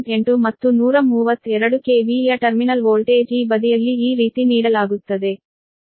8 ಮತ್ತು 132 KV ಯ terminal voltage ಈ ಬದಿಯಲ್ಲಿ ಈ ರೀತಿ ನೀಡಲಾಗುತ್ತದೆ